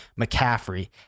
McCaffrey